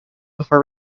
before